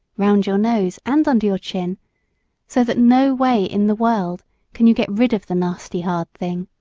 round your nose, and under your chin so that no way in the world can you get rid of the nasty hard thing